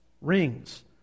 Rings